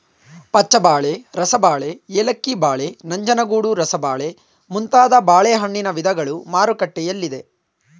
ಪಚ್ಚಬಾಳೆ, ರಸಬಾಳೆ, ಏಲಕ್ಕಿ ಬಾಳೆ, ನಂಜನಗೂಡು ರಸಬಾಳೆ ಮುಂತಾದ ಬಾಳೆಹಣ್ಣಿನ ವಿಧಗಳು ಮಾರುಕಟ್ಟೆಯಲ್ಲಿದೆ